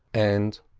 and,